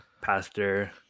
pastor